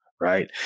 right